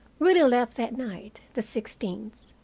willie left that night, the sixteenth,